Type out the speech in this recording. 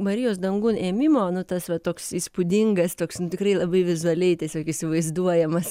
marijos dangun ėmimo nu tas va toks įspūdingas toks tikrai labai vizualiai tiesiog įsivaizduojamas